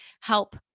help